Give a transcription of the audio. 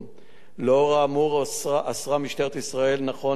לאור האמור אסרה משטרת ישראל, נכון לעת הזאת,